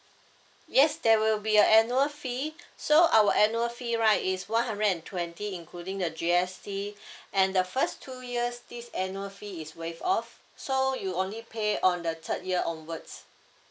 yes there will be a annual fees so our annual fee right is one hundred and twenty including the G_S_T and the first two years this annual fee is waive off so you only pay on the third year onwards